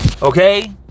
Okay